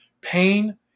pain